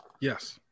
yes